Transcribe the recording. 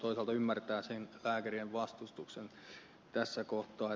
toisaalta ymmärtää sen lääkärien vastustuksen tässä kohtaa